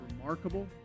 remarkable